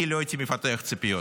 אני לא הייתי מפתח ציפיות.